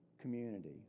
community